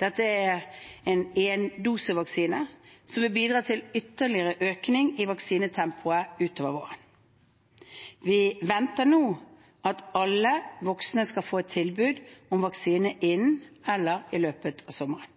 Dette er en én-dose-vaksine som vil bidra til ytterligere økning i vaksinasjonstempoet utover våren. Vi venter nå at alle voksne skal ha fått tilbud om vaksine innen eller i løpet av sommeren.